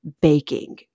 baking